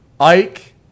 Ike